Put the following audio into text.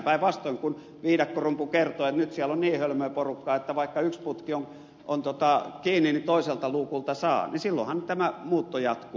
päinvastoin kun viidakkorumpu kertoo että nyt siellä on niin hölmöä porukkaa että vaikka yksi putki on kiinni niin toiselta luukulta saa silloinhan tämä muutto jatkuu